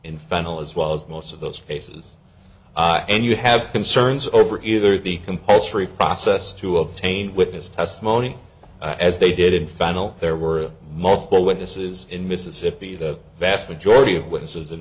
final as well as most of those cases and you have concerns over either the compulsory process to obtain witness testimony as they did in fact know there were multiple witnesses in mississippi the vast majority of witnesses in